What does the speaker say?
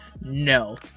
No